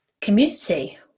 community